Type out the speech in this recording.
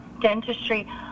Dentistry